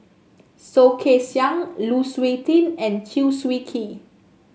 Soh Kay Siang Lu Suitin and Chew Swee Kee